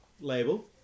label